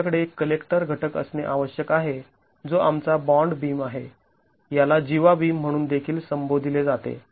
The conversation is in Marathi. तुमच्याकडे एक कलेक्टर घटक असणे आवश्यक आहे जो आमचा बॉन्ड बीम आहे याला जीवा बीम म्हणून देखील संबोधिले जाते